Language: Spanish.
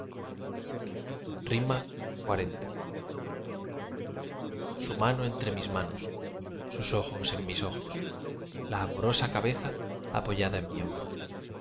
hermosa xl su mano entre mis manos sus ojos en mis ojos la amorosa cabeza apoyada en